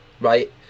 right